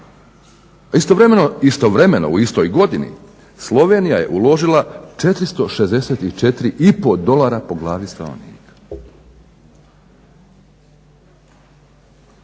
A istovremeno u istoj godini Slovenija je uložila 464,5 dolara po glavi stanovnika.